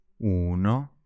Uno